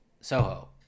Soho